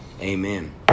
Amen